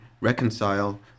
reconcile